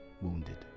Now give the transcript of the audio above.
wounded